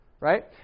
right